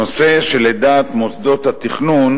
נושא שלדעת מוסדות התכנון